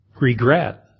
regret